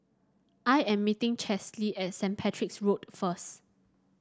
I am meeting Chesley at Saint Patrick's Road first